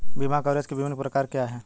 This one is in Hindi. बीमा कवरेज के विभिन्न प्रकार क्या हैं?